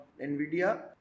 NVIDIA